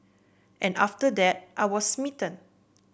and after that I was smitten